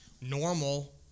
normal